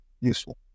Useful